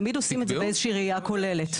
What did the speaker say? תמיד עושים את זה באיזושהי ראייה כוללת.